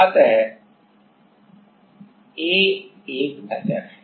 अत A एक अचर है